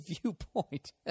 viewpoint